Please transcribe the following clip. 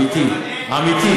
עמיתי, עמיתי.